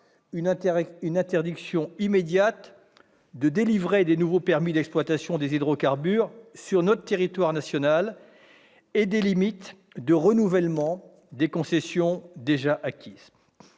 une interdiction immédiate de délivrer de nouveaux permis d'exploitation des hydrocarbures sur le territoire national et des limites au renouvellement des concessions déjà acquises.